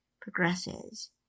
progresses